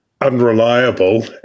unreliable